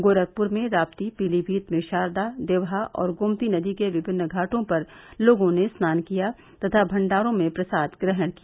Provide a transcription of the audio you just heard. गोरखपुर में राप्ती पीलीमीत में शारदा देवहा और गोमती नदी के विभिन्न घाटों पर लोगों ने स्नान किया तथा षण्डारों में प्रसाद ग्रहण किया